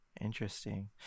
Interesting